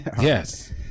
Yes